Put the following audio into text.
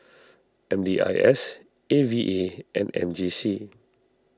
M D I S A V A and M J C